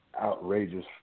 outrageous